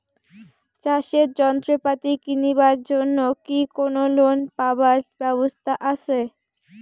চাষের যন্ত্রপাতি কিনিবার জন্য কি কোনো লোন পাবার ব্যবস্থা আসে?